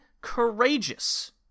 Courageous